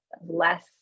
less